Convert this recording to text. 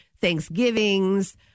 Thanksgivings